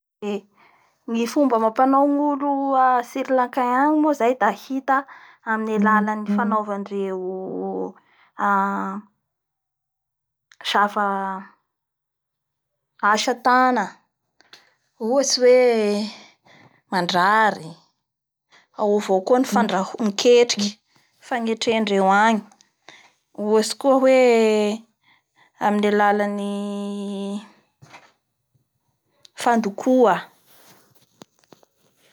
Ny olo a pologne agny zay da olo mampetragno olo, ao ny fitsarandreo hoe lafa mampiatrano olo enao da zangahary mipetraky aminao ao.